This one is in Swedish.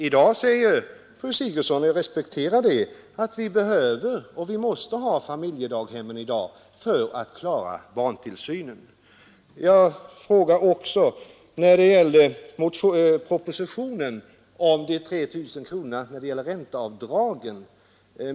I dag säger fru Sigurdsen — jag respekterar det — att vi behöver och måste ha familjedaghemmen för att klara barntillsynen. Jag frågade också beträffande propositionen när det gäller ränteavdragen på 3 000 kronor.